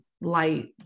light